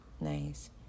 Nice